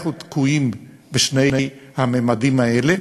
אנחנו תקועים בשני הממדים האלה,